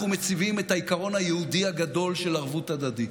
אנחנו מציבים את העיקרון היהודי הגדול של ערבות הדדית.